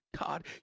God